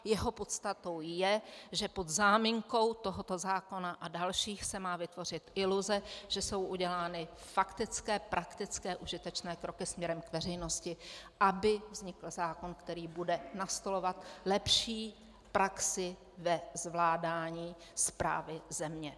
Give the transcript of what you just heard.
Jeho podstatou je, že pod záminkou tohoto zákona a dalších se má vytvořit iluze, že jsou udělány faktické, praktické, užitečné kroky směrem k veřejnosti, aby vznikl zákon, který bude nastolovat lepší praxi ve zvládání správy země.